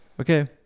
okay